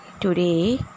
Today